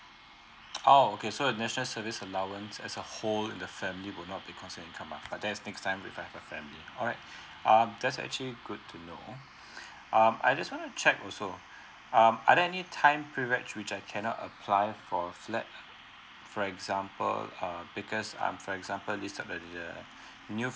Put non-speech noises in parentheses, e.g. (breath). orh okay so the natinoal service allowance as a whole in the family would not be considered an income lah but that is next time with I have a family alright um that's actually good to know (breath) um I just want to check also um are there any time pre reg which I cannot apply for flat for example uh because um for example listed that the the the new